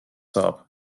saab